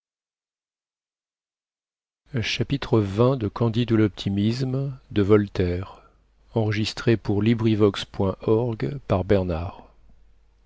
remercîment de candide à m de voltaire